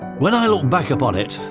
when i look back upon it,